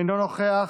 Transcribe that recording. אינו נוכח,